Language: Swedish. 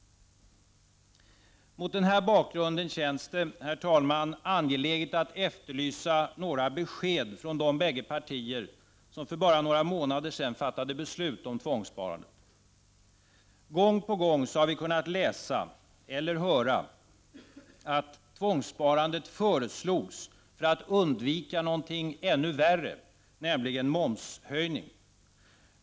Mot den här bakgrunden känns det angeläget att efterlysa några besked från de bägge partier som för bara några månader sedan fattade beslutet om tvångssparande. Gång på gång har vi kunnat läsa och höra att tvångssparandet föreslogs för att undvika någonting ännu värre, nämligen momshöjning.